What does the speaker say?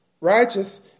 righteous